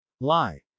lie